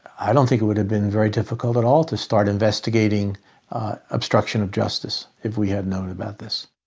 i don't think it would have been very difficult at all to start investigating obstruction of justice if we had known about this